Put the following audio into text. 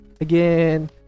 Again